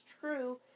true